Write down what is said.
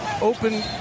Open